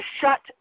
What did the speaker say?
shut